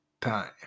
time